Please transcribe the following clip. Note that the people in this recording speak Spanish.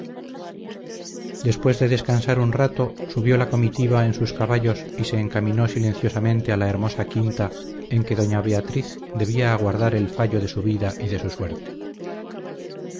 después de descansar un rato subió la comitiva en sus caballos y se encaminó silenciosamente a la hermosa quinta en que doña beatriz debía aguardar el fallo de su vida y de su suerte